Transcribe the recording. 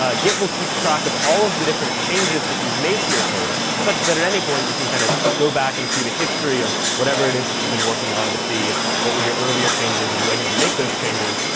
ah git will keep track of all of the different changes that you've made to your code such that, at any point, you can kind of go back and see the history of whatever it is that you've been working on to see what were your earlier changes and when did you make those changes.